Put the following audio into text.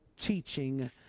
teaching